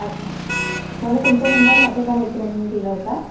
अच्छा मला तुमचा नंबर माझ्या एका मैत्रिणीने दिला होता